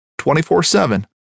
24-7